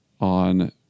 on